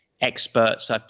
experts